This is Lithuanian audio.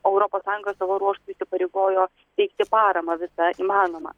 o europos sąjunga savo ruožtu įsipareigojo teikti paramą visą įmanomą